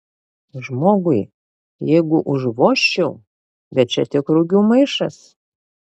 žmogui jeigu užvožčiau bet čia tik rugių maišas